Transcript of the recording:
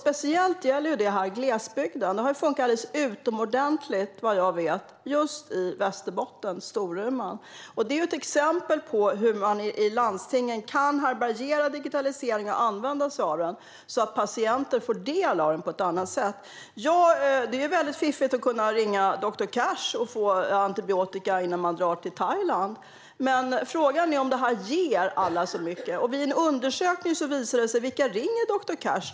Det gäller speciellt glesbygden. Det har funkat alldeles utomordentligt, vad jag vet, just i Storuman i Västerbotten. Det är ett exempel på hur man i landstingen kan härbärgera digitaliseringen och använda sig av den så att patienter får del av detta på ett annat sätt. Ja, det är väldigt fiffigt att kunna ringa doktor Cash och få antibiotika innan man drar till Thailand, men frågan är om det ger alla så mycket. Vad visar en undersökning av vilka som ringer doktor Cash?